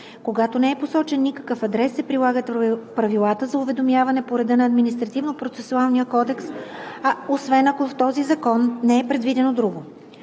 Когато не е посочен никакъв адрес, се прилагат правилата за уведомяване по реда на Административнопроцесуалния кодекс, освен ако в този закон не е предвидено друго.